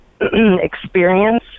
experience